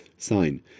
Sign